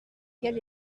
quel